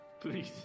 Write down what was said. Please